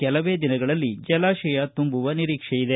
ಕೆಲವೇ ದಿನಗಳಲ್ಲಿ ಜಲಾಶಯ ತುಂಬುವ ನಿರೀಕ್ಷೆ ಇದೆ